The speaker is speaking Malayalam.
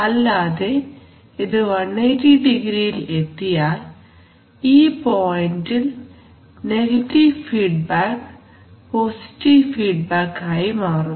അല്ലാതെ ഇത് 180 ഡിഗ്രിയിൽ എത്തിയാൽ ഈ പോയിന്റിൽ നെഗറ്റീവ് ഫീഡ്ബാക്ക് പോസിറ്റീവ് ഫീഡ്ബാക്ക് ആയി മാറും